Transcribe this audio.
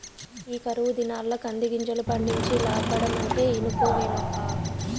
ఈ కరువు దినాల్ల కందిగింజలు పండించి లాబ్బడమంటే ఇనుకోవేమప్పా